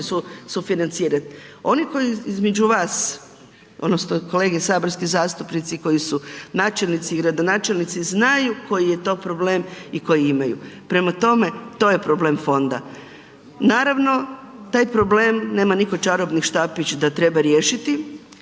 sufinancirati. Oni koji između vas odnosno kolege saborski zastupnici koji su načelnici i gradonačelnici znaju koji je to problem i koji imaju. Prema tome, to je problem fonda. Naravno taj problem, nema nitko čarobni štapić da treba riješiti,